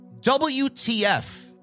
WTF